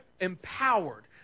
empowered